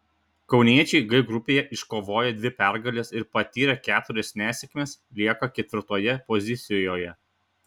kauniečiai g grupėje iškovoję dvi pergales ir patyrę keturias nesėkmes lieka ketvirtoje pozicijoje